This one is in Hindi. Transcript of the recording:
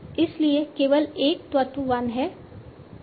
इसलिए केवल एक तत्व 1 है